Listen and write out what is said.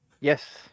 Yes